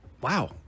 Wow